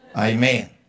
Amen